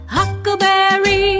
Huckleberry